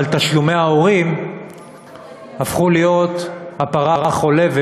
אבל תשלומי ההורים הפכו להיות הפרה החולבת